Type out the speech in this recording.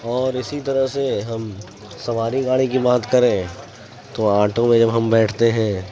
اور اسی طرح سے ہم سواری گاڑی کی بات کریں تو آٹو میں جب ہم بیٹھتے ہیں